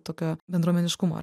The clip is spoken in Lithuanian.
tokio bendruomeniškumo